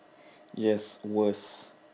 yes worst